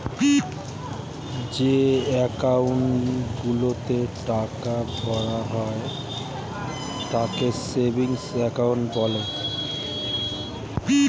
যে অ্যাকাউন্ট গুলোতে টাকা ভরা হয় তাকে সেভিংস অ্যাকাউন্ট বলে